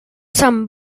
sant